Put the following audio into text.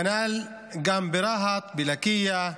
כנ"ל גם ברהט, בלקיה,